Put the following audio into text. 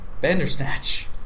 Bandersnatch